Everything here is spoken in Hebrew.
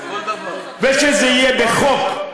ושזה יהיה בחוק?